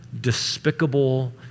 despicable